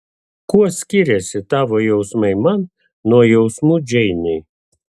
kuo skiriasi tavo jausmai man nuo jausmų džeinei